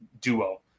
duo